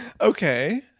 okay